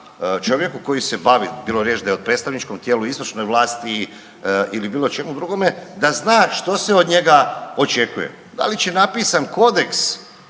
čovjeku koji se bavi, bilo riječ da je o predstavničkom tijelu, izvršnoj vlasti ili bilo čemu drugome da zna što se od njega očekuje. Da li će napisan kodeks